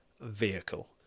vehicle